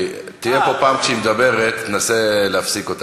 גם בגלל הלהט וגם כי היא מבינה על מה היא מדברת,